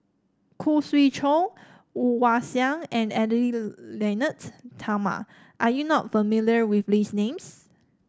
Khoo Swee Chiow Woon Wah Siang and Edwy Lyonet Talma are you not familiar with these names